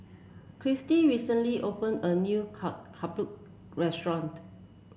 Kirstie recently opened a new ketupat restaurant